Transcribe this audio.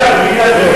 הוא היה במניין, במנחה.